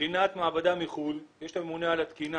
מבחינת מעבדה מחו"ל יש את הממונה על התקינה